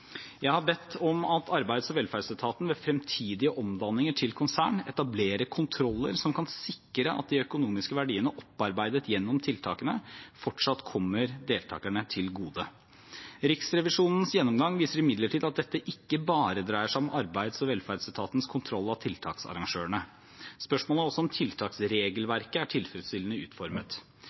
Jeg har bedt om at Arbeids- og velferdsetaten ved fremtidige omdanninger til konsern etablerer kontroller som kan sikre at de økonomiske verdiene opparbeidet gjennom tiltakene, fortsatt kommer deltakerne til gode. Riksrevisjonens gjennomgang viser imidlertid at dette ikke bare dreier seg om Arbeids- og velferdsetatens kontroll av tiltaksarrangørene. Spørsmålet er også om tiltaksregelverket er tilfredsstillende utformet.